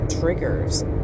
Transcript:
triggers